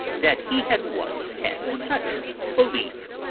that he had once had such a belief.